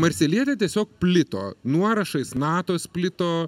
marselietė tiesiog plito nuorašais natos plito